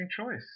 choice